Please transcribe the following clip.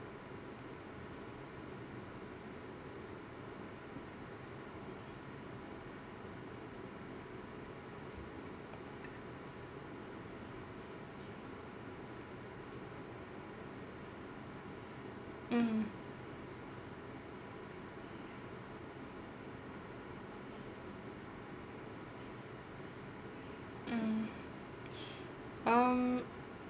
mmhmm mm um